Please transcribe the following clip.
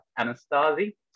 Anastasi